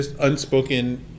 unspoken